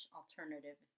alternative